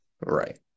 Right